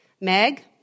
Meg